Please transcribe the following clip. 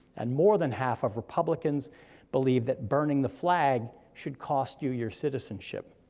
and more than half of republicans believe that burning the flag should cost you your citizenship.